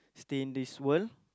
stay in this world